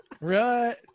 right